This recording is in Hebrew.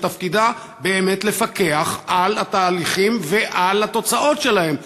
שתפקידה באמת לפקח על התהליכים ועל התוצאות שלהם.